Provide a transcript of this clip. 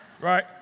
Right